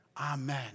Amen